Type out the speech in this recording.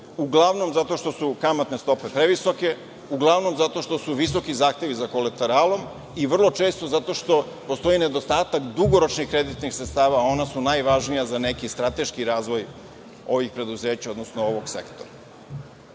uglavnom zato što su kamatne stope previsoke, uglavnom zato što su visoki zahtevi za kolateralom i vrlo često zato što postoji nedostatak dugoročnih kreditnih sredstava, a ona su najvažnija za neki strateški razvoj ovih preduzeća, odnosno ovog sektora. Ako